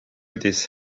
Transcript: this